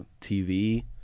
TV